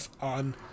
on